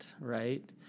right